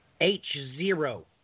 H-Zero